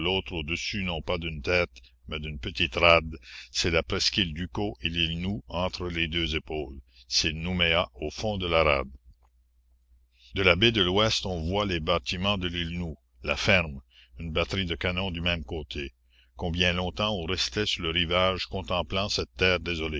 au-dessus non pas d'une tête mais d'une petite rade c'est la presqu'île ducos et l'île nou entre les deux épaules c'est nouméa au fond de la rade de la baie de l'ouest on voit les bâtiments de l'île nou la ferme une batterie de canons du même côté combien longtemps on restait sur le rivage contemplant cette terre désolée